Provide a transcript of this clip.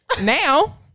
Now